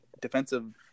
defensive